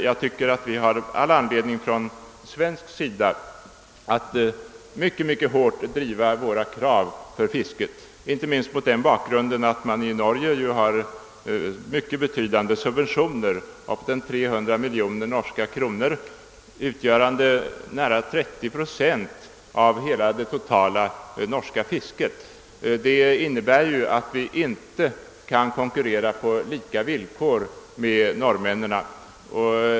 Jag tycker att man också på svensk sida har all anledning att synnerligen hårt driva sina krav i fråga om fisket. Det är angeläget inte minst mot den bakgrunden att i Norge lämnas fisket betydande subventioner — på bortåt 300 miljoner norska kronor, utgörande nära 30 procent av värdet av det totala norska fisket. Detta innebär att de svenska fiskarna inte kan konkurrera på lika villkor med norrmännen.